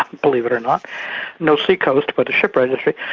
believe it or not no sea-coast, but a ship registry.